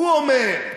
הוא אומר,